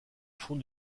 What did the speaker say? fond